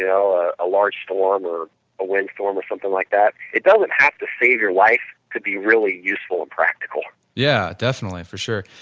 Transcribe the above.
yeah ah a large storm or a windstorm or something like that. it doesn't have to save your life it could be really useful and practical yeah definitely for sure.